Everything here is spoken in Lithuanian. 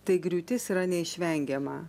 tai griūtis yra neišvengiama